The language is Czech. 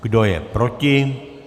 Kdo je proti?